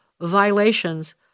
violations